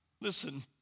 Listen